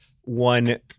one